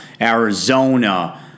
Arizona